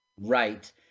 Right